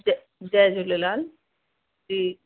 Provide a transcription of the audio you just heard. जय जय झूलेलाल जी